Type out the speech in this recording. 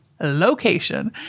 location